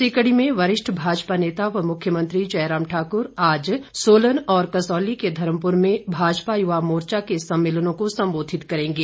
इसी कड़ी में वरिष्ठ भाजपा नेता व मुख्यमंत्री जयराम ठाकुर आज सोलन और कसौली के धर्मपुर में भाजपा युवा मोर्चा के सम्मेलनों को संबोधित करेंगे